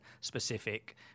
specific